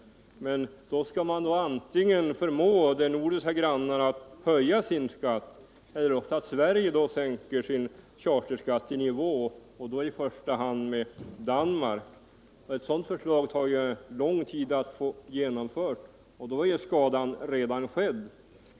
Men då måste vi antingen förmå de nordiska grannarna att höja sin skatt eller också måste vi i Sverige sänka vår charterskatt så att den kommer i nivå i första hand med den danska charterskatten. Att få en sådan ändring genomförd tar ju lång tid, och då är skadan redan skedd.